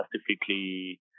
specifically